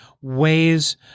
ways